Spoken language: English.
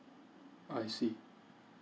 I see